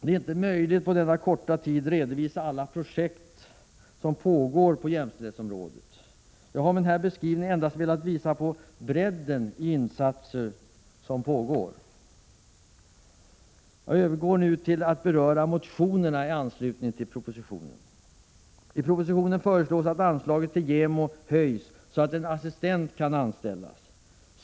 Det är inte möjligt att på denna korta tid redovisa alla projekt och som pågår på jämställdhetsområdet. Jag har med denna beskrivning endast velat visa på bredden i de insatser som pågår. Jag övergår nu till att beröra motionerna i anslutning till propositionen. I propositionen föreslås att anslaget till JämO höjs, så att en assistent kan anställas.